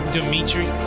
Dimitri